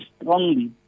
strongly